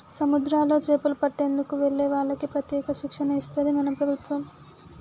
సముద్రాల్లో చేపలు పట్టేందుకు వెళ్లే వాళ్లకి ప్రత్యేక శిక్షణ ఇస్తది మన ప్రభుత్వం